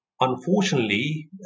unfortunately